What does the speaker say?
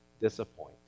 disappoint